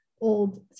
old